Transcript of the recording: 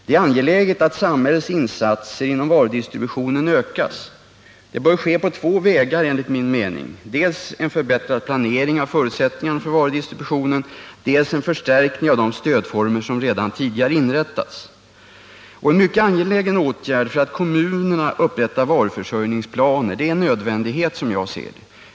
Det är därför angeläget att samhällets insatser inom varudistributionsområdet ökar, och det bör enligt min mening ske på två vägar: dels genom en förbättrad planering av förutsättningarna för varudistributionen, dels genom en förstärkning av de stödformer som redan tidigare inrättats. En mycket angelägen åtgärd är att kommunerna upprättar varuförsörjningsplaner; det är, som jag ser det, en nödvändighet.